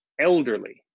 elderly